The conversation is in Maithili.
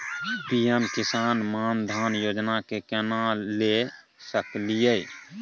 पी.एम किसान मान धान योजना के केना ले सकलिए?